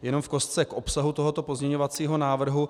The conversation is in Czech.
Jenom v kostce k obsahu tohoto pozměňovacího návrhu.